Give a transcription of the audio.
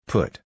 Put